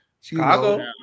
Chicago